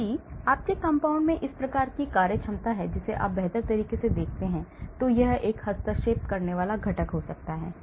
यदि आपके कंपाउंड में इस प्रकार की कार्यक्षमता है जिसे आप बेहतर तरीके से देखते हैं तो यह एक हस्तक्षेप करने वाला घटक हो सकता है